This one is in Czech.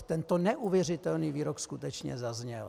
Tento neuvěřitelný výrok skutečně zazněl.